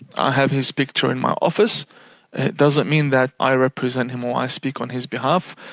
i have his picture in my office, that doesn't mean that i represent him or i speak on his behalf.